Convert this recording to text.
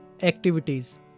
activities